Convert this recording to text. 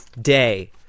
day